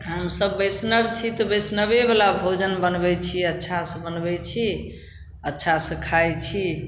हमसभ वैष्णव छी तऽ वैष्णवेवला भोजन बनबै छी अच्छासँ बनबै छी अच्छासँ खाइ छी